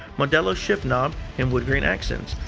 modelo shift knob and woodgrain accents.